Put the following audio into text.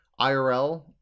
irl